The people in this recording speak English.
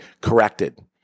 corrected